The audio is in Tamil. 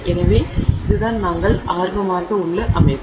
எனவே இதுதான் நாங்கள் ஆர்வமாக உள்ள அமைப்பு